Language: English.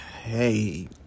hey